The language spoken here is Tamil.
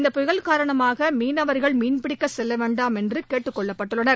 இந்த புயல் காரணமாக மீனவர்கள் மீன்பிடிக்கச் செல்ல வேண்டாம் என்று கேட்டுக் கொள்ளப்பட்டுள்ளனர்